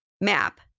Map